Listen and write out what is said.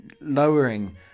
lowering